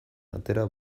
atera